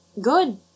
good